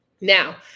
Now